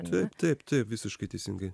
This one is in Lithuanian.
taip taip taip visiškai teisingai